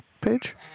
page